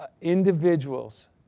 individuals